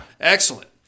excellent